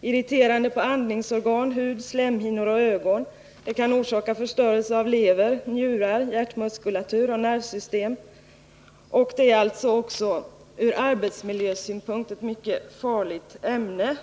irriterande på andningsorgan, hud, slemhinnor och ögon. Det kan orsaka förstörelse av lever, njure, hjärtmuskulatur och nervsystem. Och det är också ur arbetsmiljösynpunkt ett mycket farligt ämne.